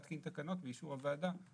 התקנות יהיו באישור הוועדה?